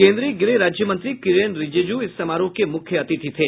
केन्द्रीय गृह राज्यमंत्री किरेन रिजिजू इस समारोह के मुख्य अतिथि थे